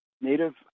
native